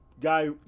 guy